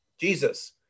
Jesus